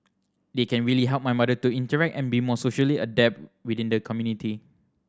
they can really help my mother to interact and be more socially adept within the community